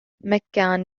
mccann